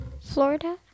Florida